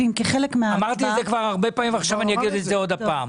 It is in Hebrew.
כבר אמרתי את זה הרבה פעמים ועכשיו אני אגיד את זה עוד פעם.